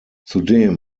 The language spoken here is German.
zudem